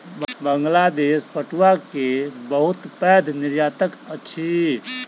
बांग्लादेश पटुआ के बहुत पैघ निर्यातक अछि